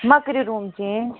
مَہ کٔرِو room change